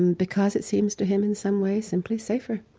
and because it seems to him in some way simply safer.